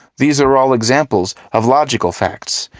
these are all examples of logical facts,